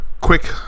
quick